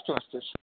अस्तु अस्तु भवान्